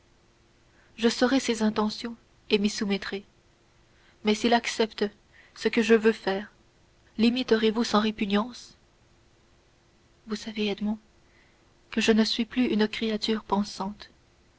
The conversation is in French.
je saurai ses intentions et m'y soumettrai mais s'il accepte ce que je veux faire limiterez vous sans répugnance vous savez edmond que je ne suis plus une créature pensante